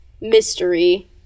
mystery